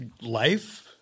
life